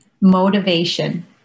Motivation